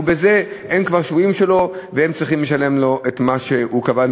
ובזה הם כבר שבויים שלו והם צריכים לשלם לו את מה שהוא קבע להם,